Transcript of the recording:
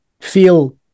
feel